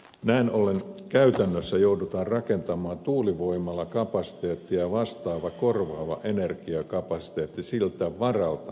näin ollen käytännössä joudutaan rakentamaan tuulivoimalakapasiteettia vastaava korvaava energiakapasiteetti siltä varalta ettei tuule